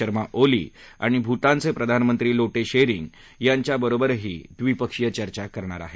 शर्मा ओली आणि भूटानचे प्रधानमंत्री लोटे शेरिंग यांच्याबरोबरही ते द्विपक्षीय चर्चा करणार आहेत